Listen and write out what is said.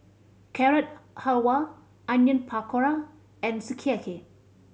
Carrot Halwa Onion Pakora and Sukiyaki